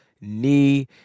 knee